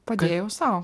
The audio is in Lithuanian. padėjau sau